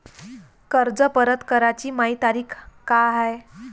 कर्ज परत कराची मायी तारीख का हाय?